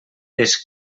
des